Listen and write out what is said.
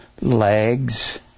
legs